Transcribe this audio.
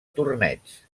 torneig